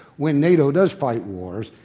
when nato does fight wars,